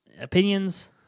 opinions